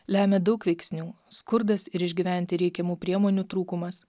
lemia daug veiksnių skurdas ir išgyventi reikiamų priemonių trūkumas